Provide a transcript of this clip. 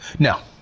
no.